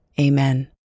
Amen